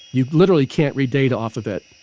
you literally can't read data off of it.